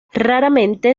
raramente